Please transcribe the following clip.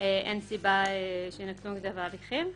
אין סיבה שיינקטו נגדו בהליכים.